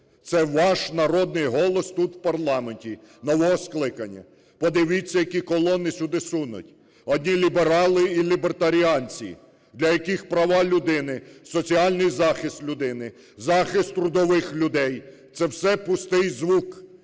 це ваш народний голос тут, в парламенті нового скликання. Подивіться, які колони сюди сунуть: одні ліберали і лебертаріанці, для яких права людини, соціальний захист людини, захист трудових людей – це все пустий звук.